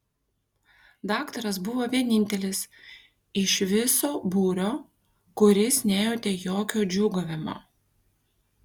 daktaras buvo vienintelis iš viso būrio kuris nejautė jokio džiūgavimo